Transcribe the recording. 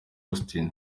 austin